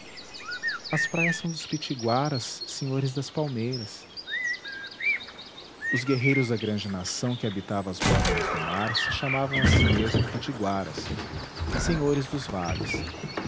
as praias são dos pitiguaras senhores das palmeiras os guerreiros da grande nação que habitava as bordas do mar se chamavam a si mesmos pitiguaras senhores dos vales